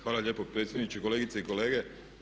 Hvala lijepo predsjedniče, kolegice i kolege.